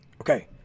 Okay